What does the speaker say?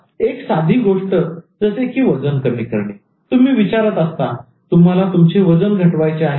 एक साधी गोष्ट जसे की वजन कमी करणे तुम्ही विचारत असता तुम्हाला तुमचे वजन घटवायचे आहे का